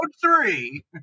three